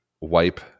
wipe